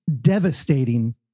devastating